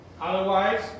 otherwise